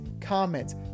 comments